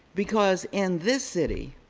because in this city